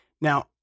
Now